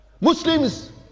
Muslims